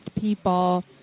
people